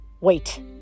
Wait